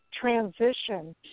transition